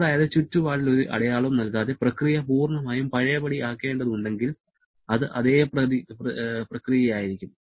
അതായത് ചുറ്റുപാടിൽ ഒരു അടയാളവും നൽകാതെ പ്രക്രിയ പൂർണ്ണമായും പഴയപടിയാക്കേണ്ടതുണ്ടെങ്കിൽ അത് അതേ പ്രക്രിയയായിരിക്കും